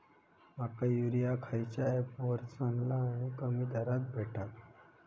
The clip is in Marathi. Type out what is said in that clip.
माका युरिया खयच्या ऍपवर चांगला आणि कमी दरात भेटात?